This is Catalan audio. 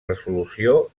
resolució